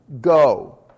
Go